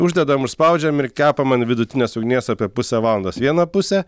uždedam užspaudžiam ir kepam an vidutinės ugnies apie pusę valandos vieną pusę